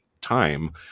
time